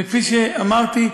וכפי שאמרתי,